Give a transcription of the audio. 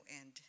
end